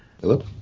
Hello